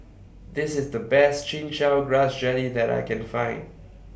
This IS The Best Chin Chow Grass Jelly that I Can Find